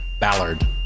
Ballard